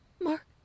Mark